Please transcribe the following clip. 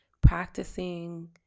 practicing